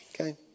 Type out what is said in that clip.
Okay